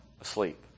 asleep